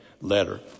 letter